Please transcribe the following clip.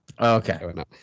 Okay